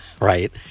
Right